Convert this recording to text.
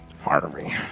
Harvey